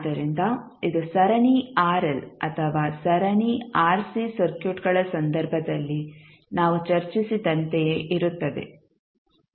ಆದ್ದರಿಂದ ಇದು ಸರಣಿ ಆರ್ಎಲ್ ಅಥವಾ ಸರಣಿ ಆರ್ಸಿ ಸರ್ಕ್ಯೂಟ್ಗಳ ಸಂದರ್ಭದಲ್ಲಿ ನಾವು ಚರ್ಚಿಸಿದಂತೆಯೇ ಇರುತ್ತದೆ